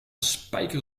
spijker